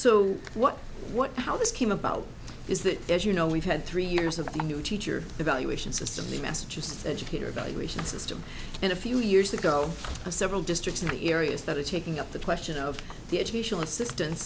so what what how this came about is that as you know we've had three years of a new teacher evaluation system the massachusetts educator evaluation system and a few years ago several districts in the areas that are taking up the question of the educational assistance